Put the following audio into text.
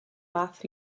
math